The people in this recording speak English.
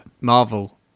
marvel